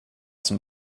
som